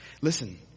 Listen